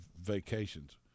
vacations